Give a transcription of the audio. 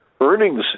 earnings